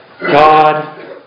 God